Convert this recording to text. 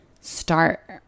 start